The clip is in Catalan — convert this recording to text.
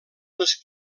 les